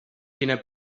quina